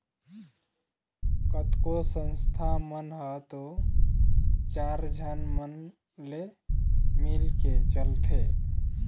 कतको संस्था मन ह तो चार झन मन ले मिलके चलथे